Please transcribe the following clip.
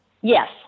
Yes